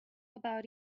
about